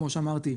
כמו שאמרתי,